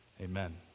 Amen